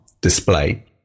display